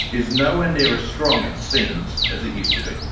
is nowhere near as strong, it seems, as it used to be.